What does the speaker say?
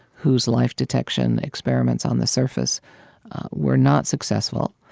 whose life detection experiments on the surface were not successful,